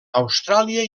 austràlia